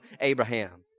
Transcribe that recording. Abraham